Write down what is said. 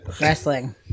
wrestling